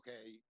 okay